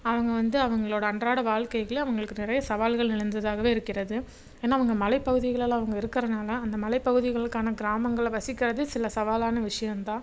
அவங்க வந்து அவங்களோட அன்றாட வாழ்க்கைகளே அவங்களுக்கு நிறையா சவால்கள் நிலஞ்சதாகவே இருக்கிறது ஏன்னா அவங்க மலைப்பகுதிகளில் அவங்க இருக்கிறனால அந்த மலைப்பகுதிகளுக்கான கிராமங்கள்ல வசிக்கிறதே சில சவாலான விஷியந்தான்